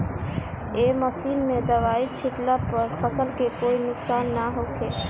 ए machine से दवाई छिटला पर फसल के कोई नुकसान ना होखे